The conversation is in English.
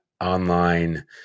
online